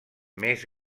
més